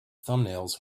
thumbnails